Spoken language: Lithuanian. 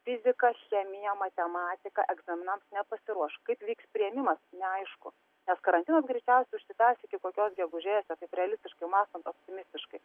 fizika chemija matematika egzaminams nepasiruoš kaip vyks priėmimas neaišku nes karantinas greičiausiai užsitęs iki kokios gegužės realistiškai mąstant optimistiškai